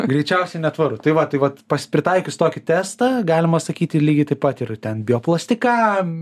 greičiausiai netvaru tai va tai vat pas pritaikius tokį testą galima sakyti lygiai taip pat ir ten bio plastikam